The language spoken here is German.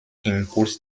impuls